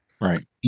Right